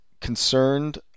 concerned